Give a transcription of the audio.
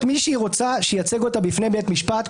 מי שהיא רוצה שייצג אותה בפני בית משפט,